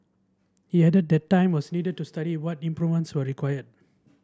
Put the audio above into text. he added that time was needed to study what improvements were required